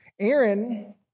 Aaron